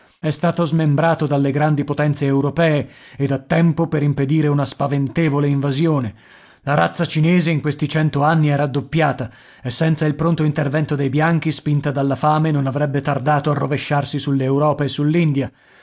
è stato smembrato dalle grandi potenze europee ed a tempo per impedire una spaventevole invasione la razza cinese in questi cento anni è raddoppiata e senza il pronto intervento dei bianchi spinta dalla fame non avrebbe tardato a rovesciarsi sull'europa e